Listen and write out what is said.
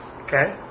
Okay